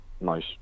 nice